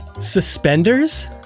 Suspenders